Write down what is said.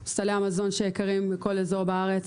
סלי המזון שיקרים בכל אזור בארץ.